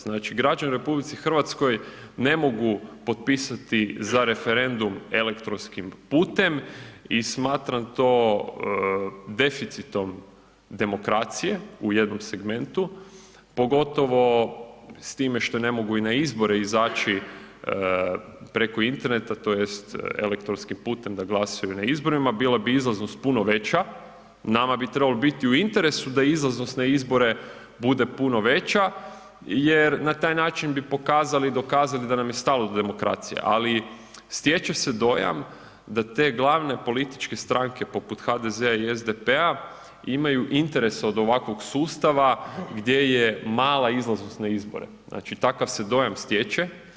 Znači građani u RH ne mogu potpisati za referendum elektronskim putem i smatram to deficitom demokracije u jednom segmentu pogotovo s time što ne mogu i na izbore izaći preko interneta tj. elektronskim putem da glasuju na izborima, bila bi izlaznost puno veća, nama bi trebalo biti u interesu da izlaznost na izbore bude puno veća jer na taj način bi pokazali i dokazali da nam je stalo do demokracije ali stječe se dojam da te glavne političke stranke poput HDZ-a i SDP-a imaj interes od ovog sustava gdje je mala izlaznost na izbore, znači takav se dojam stječe.